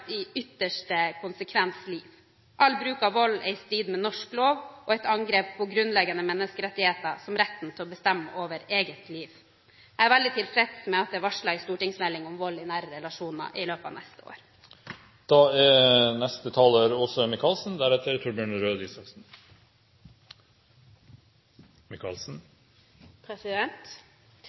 i sin ytterste konsekvens liv. All bruk av vold er i strid med norsk lov og et angrep på grunnleggende menneskerettigheter, som retten til å bestemme over eget liv. Jeg er veldig tilfreds med at det er varslet en stortingsmelding om vold i nære relasjoner i løpet av neste år.